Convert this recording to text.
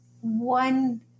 one